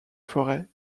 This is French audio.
forêts